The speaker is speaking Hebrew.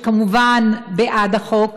שכמובן בעד החוק.